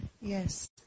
Yes